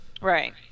Right